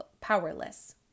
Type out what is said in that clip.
powerless